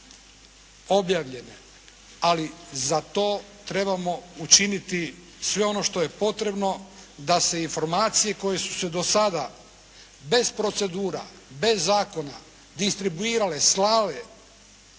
Ali za to trebamo učiniti sve ono što je potrebno da se informacije koje su se do sada bez procedura, bez zakona distribuirale, slale.